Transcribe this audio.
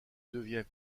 devient